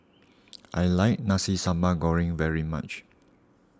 I like Nasi Sambal Goreng very much